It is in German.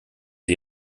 sie